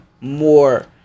more